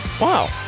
Wow